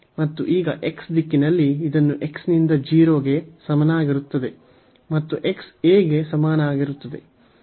ಮತ್ತು ಈಗ x ದಿಕ್ಕಿನಲ್ಲಿ ಇದನ್ನು x ನಿಂದ 0 ಗೆ ಸಮನಾಗಿರುತ್ತದೆ ಮತ್ತು x a ಗೆ ಸಮನಾಗಿರುತ್ತದೆ